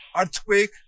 earthquake